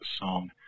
song